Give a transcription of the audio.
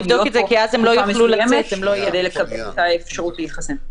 להיות פה תקופה מסוימת כדי לקבל את האפשרות להתחסן.